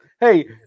Hey